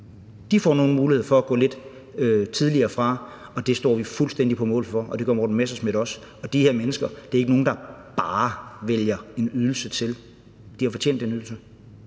De får nu en mulighed for at gå lidt tidligere fra, og det står vi fuldstændig på mål for, og det gør Morten Messerschmidt også. De her mennesker er ikke nogen, der bare vælger en ydelse til. De har fortjent den ydelse.